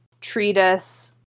Treatise